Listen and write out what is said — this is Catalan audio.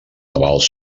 navals